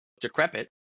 decrepit